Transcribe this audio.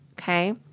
okay